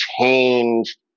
change